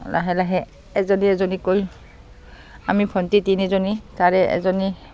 লাহে লাহে এজনী এজনী কৰি আমি ভণ্টি তিনিজনী তাৰে এজনী